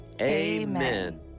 Amen